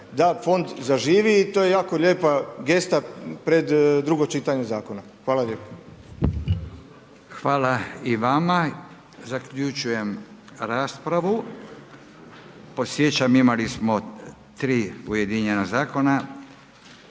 da fond zaživi i to je jako lijepa gesta pred drugo čitanje zakona. Hvala lijepo. **Radin, Furio (Nezavisni)** Hvala i vama. Zaključujem raspravu. Podsjećam imali smo 3 ujedinjena zakona,